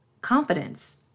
confidence